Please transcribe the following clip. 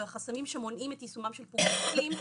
והחסמים שמונעים את יישומם של הדברים.